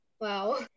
wow